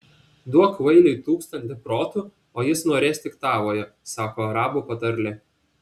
duok kvailiui tūkstantį protų o jis norės tik tavojo sako arabų patarlė